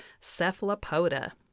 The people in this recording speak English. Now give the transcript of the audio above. cephalopoda